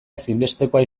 ezinbestekoa